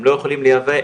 הם לא יכולים לייבא,